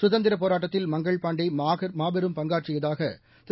கதந்திரப் போராட்டத்தில் மங்கள் பாண்டேமாபெரும் பங்காற்றியதாகதிரு